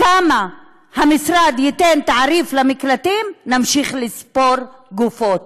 התעריף שהמשרד ייתן למקלטים, נמשיך לספור גופות.